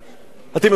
אתם יודעים מי הוא?